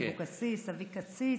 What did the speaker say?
אבוקסיס, אביקסיס.